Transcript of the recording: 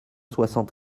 soixante